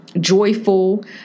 joyful